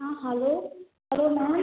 Han hello hello ma'am